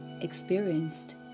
experienced